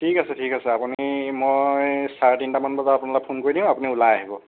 ঠিক আছে ঠিক আছে আপুনি মই চাৰে তিনটা মান বজাত আপোনালৈ ফোন কৰি দিম আপুনি ওলাই আহিব